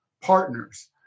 partners